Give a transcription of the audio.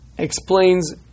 explains